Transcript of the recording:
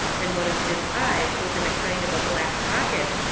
and one of his eyes was in a kind of a black pocket,